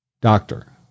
Doctor